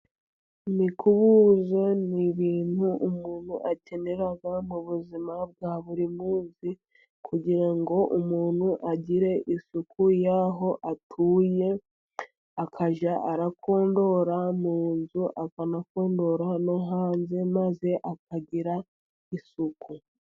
Imikubuzo ni ibintu umuntu akenerara mu buzima bwa buri munsi, kugira ngo umuntu agire isuku y'aho atuye, akajya akondora mu nzu, akanakondora no hanze, maze akagira isuku.